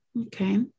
Okay